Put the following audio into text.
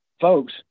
folks